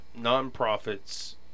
Nonprofits